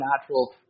natural